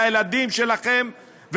לילדים שלכם,